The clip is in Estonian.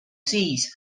siis